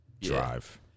drive